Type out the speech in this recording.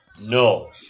no